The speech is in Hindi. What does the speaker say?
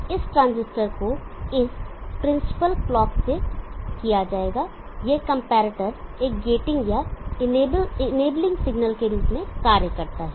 तो इस ट्रांजिस्टर को इस फ्रीक्वेंसी पर क्लॉक किया जाएगा और यह कंपैरेटर एक गेटिंग या इनेबलिंग सिग्नल के रूप में कार्य करता है